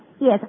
Yes